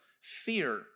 fear